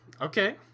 Okay